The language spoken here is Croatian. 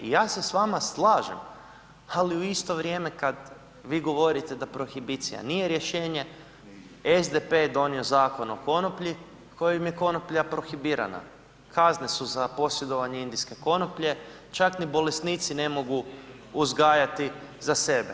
I ja se s vama slažem, ali u isto vrijeme kad vi govorite da prohibicija nije rješenje SDP je donio zakon o konoplji kojim je konoplja prohibirana, kazne su za posjedovanje indijske konoplje, čak ni bolesnici ne mogu uzgajati za sebe.